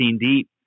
deep